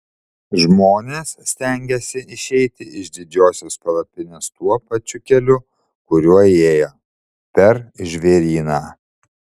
žmonės stengiasi išeiti iš didžiosios palapinės tuo pačiu keliu kuriuo įėjo per žvėryną